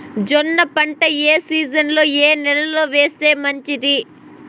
జొన్న పంట ఏ సీజన్లో, ఏ నెల లో వేస్తే మంచిది?